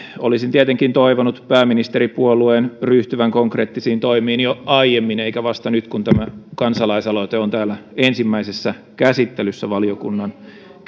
olisin tietenkin toivonut pääministeripuolueen ryhtyvän konkreettisiin toimiin jo aiemmin eikä vasta nyt kun tämä kansalaisaloite on täällä ensimmäisessä käsittelyssä valiokunnan